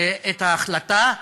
את ההחלטה,